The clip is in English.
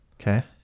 Okay